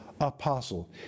apostle